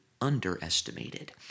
underestimated